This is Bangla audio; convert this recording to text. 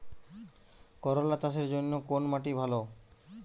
করলা চাষের জন্য কোন মাটি ভালো?